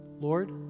Lord